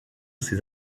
ses